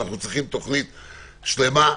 אנו צריכים תוכנית שלמה.